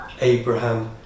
Abraham